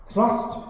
Trust